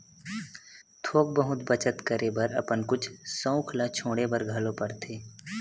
थोक बहुत बचत करे बर अपन कुछ सउख ल छोड़े बर घलोक परथे